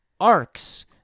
arcs